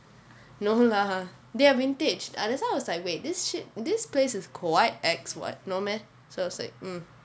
no lah they are vintage that's why I was like wait this shit this place is quite expensive what no meh so I was like mm